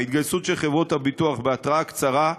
ההתגייסות של חברות הביטוח בהתראה קצרה,